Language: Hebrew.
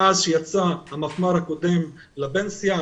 מאז יצא המפמ"ר הקודם לפנסיה,